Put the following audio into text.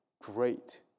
great